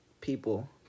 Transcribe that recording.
people